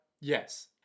Yes